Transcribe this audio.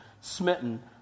smitten